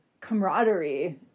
camaraderie